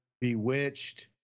Bewitched